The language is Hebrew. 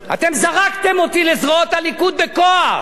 אתם זרקתם אותי לזרועות הליכוד בכוח.